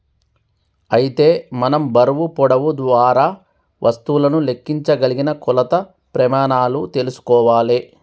అయితే మనం బరువు పొడవు వారా వస్తువులను లెక్కించగలిగిన కొలత ప్రెమానాలు తెల్సుకోవాలే